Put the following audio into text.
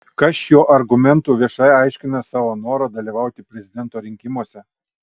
kas šiuo argumentu viešai aiškina savo norą dalyvauti prezidento rinkimuose